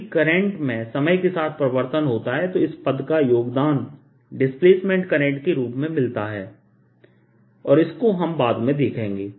यदि करंट में समय के साथ परिवर्तन होता है तो इस पद का योगदान डिस्प्लेसमेंट करंट के रूप में मिलता और इसको हम बाद में देखेंगे